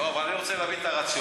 לא, אבל אני רוצה להבין את הרציונל.